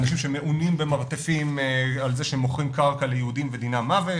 אנשים שמעונים במרתפים על זה שהם מוכרים קרקע ליהודים ודינם מוות.